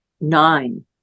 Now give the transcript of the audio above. nine